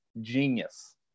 genius